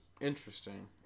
Interesting